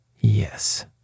Yes